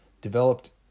developed